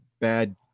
bad